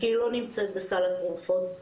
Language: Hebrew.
היא לא נמצאת בסל התרופות.